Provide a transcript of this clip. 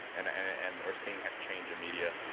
and and and are seeing that change in media.